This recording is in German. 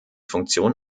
funktion